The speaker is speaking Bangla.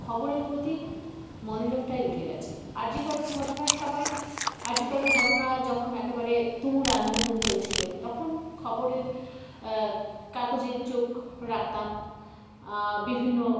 খবরের প্রতি মনোযোগটাই উঠে গেছে আর জি করের ঘটনার সময় আর জি করের ঘটনা যখন একেবারে তুমুল আন্দোলন চলছিল তখন খবরের কাগজে চোখ রাখতাম বিভিন্ন